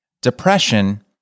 Depression